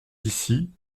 ici